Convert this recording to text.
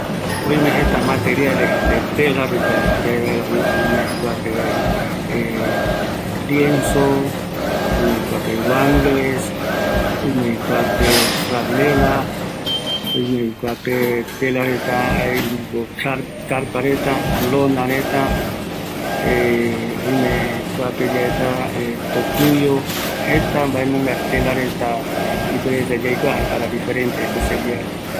Kua tarapo reta jeta, lienzo, guangle, tocuyo, franela, lona, sintetica. Trapo yandavuju, ipirerivareta